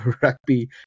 rugby